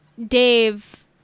Dave